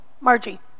Margie